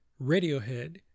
Radiohead